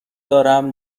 دارم